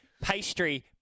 pastry